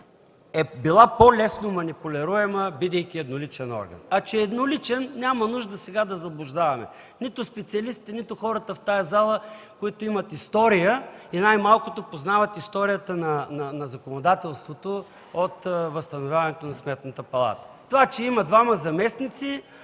е била по-лесно манипулируема, бидейки едноличен орган. А че е едноличен, няма нужда сега да заблуждаваме нито специалистите, нито хората в тази зала, които имат история и най-малкото познават историята на законодателството от възстановяването на Сметната палата. Това, че има двама заместници,